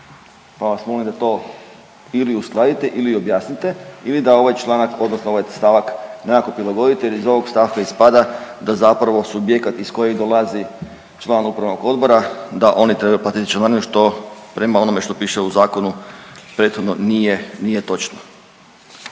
pa vas molim da to ili uskladite ili objasnite ili da ovaj članak odnosno ovaj stavak nekako prilagodite jer iz ovog stavka ispada da zapravo subjekat iz kojeg dolazi član upravnog odbora, da oni trebaju platiti članarinu, što prema onome što piše u zakonu prethodno nije, nije točno.